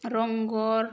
Rang Ghar